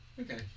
Okay